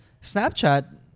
Snapchat